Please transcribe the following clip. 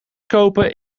kopen